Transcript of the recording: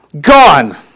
gone